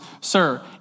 Sir